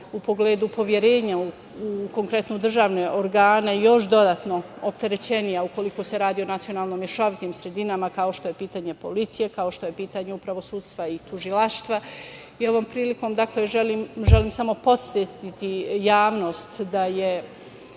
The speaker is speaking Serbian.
u pogledu poverenja u konkretno državne organe još dodatno opterećenija ukoliko se radi o nacionalno mešovitim sredinama, kao što je pitanje policije, kao što je pitanje upravo sudstva i tužilaštva. Ovom prilikom želim samo podsetiti javnost da je